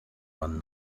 one